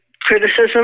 criticism